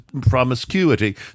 promiscuity